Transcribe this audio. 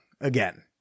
again